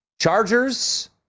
Chargers